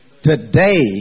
Today